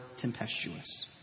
tempestuous